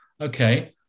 okay